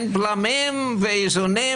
בלמים ואיזונים